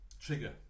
Trigger